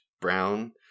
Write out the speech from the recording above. brown